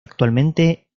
actualmente